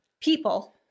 people